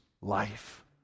life